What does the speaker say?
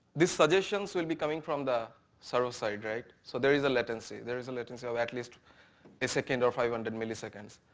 these additions will be coming from the server side, so there is a latency. there is a latency of at least a second or five hundred milliseconds.